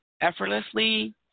effortlessly